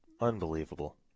Unbelievable